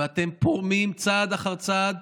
ואתם פורמים צעד אחר צעד